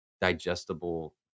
digestible